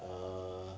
err